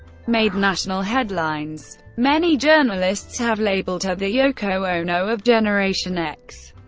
made national headlines. many journalists have labeled her the yoko ono of generation x,